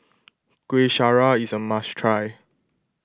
Kueh Syara is a must try